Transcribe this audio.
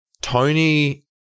Tony